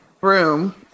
room